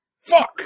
Fuck